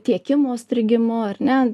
tiekimo strigimu ar ne